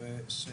ושל